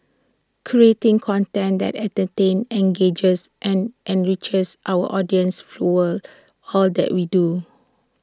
creating content that entertains engages and enriches our audiences fuels all that we do